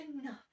enough